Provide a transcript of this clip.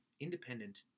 independent